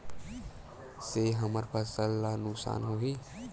से हमर फसल ला नुकसान होही?